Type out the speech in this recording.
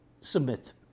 submit